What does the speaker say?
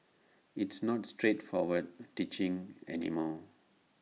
it's not straightforward teaching any more